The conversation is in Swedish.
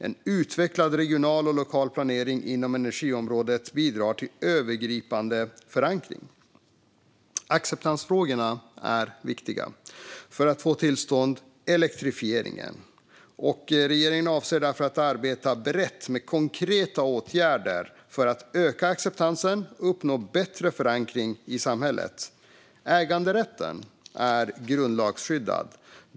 En utvecklad regional och lokal planering inom energiområdet bidrar till övergripande förankring. Acceptansfrågorna är viktiga för att få till stånd elektrifieringen. Regeringen avser därför att arbeta brett och med konkreta åtgärder för att öka acceptansen och uppnå bättre förankring i samhället. Äganderätten är grundlagsskyddad.